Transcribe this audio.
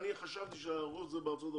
אני חשבתי שהרוב זה בארצות הברית,